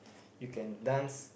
you can dance